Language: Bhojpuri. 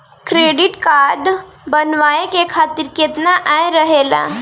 क्रेडिट कार्ड बनवाए के खातिर केतना आय रहेला?